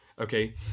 Okay